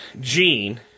gene